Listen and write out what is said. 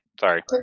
Sorry